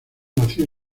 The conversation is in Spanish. nació